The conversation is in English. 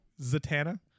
Zatanna